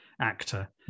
actor